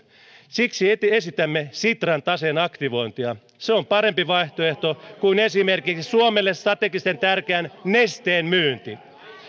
siksi esitämme sitran taseen aktivointia se on parempi vaihtoehto kuin esimerkiksi suomelle strategisesti tärkeän nesteen myynti